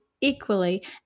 equally